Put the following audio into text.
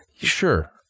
Sure